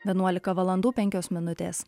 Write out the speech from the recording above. vienuolika valandų penkios minutės